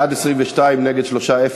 התשע"ד